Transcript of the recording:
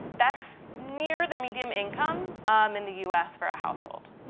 that's near the median income um in the u s. for a household.